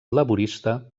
laborista